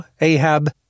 Ahab